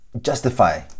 justify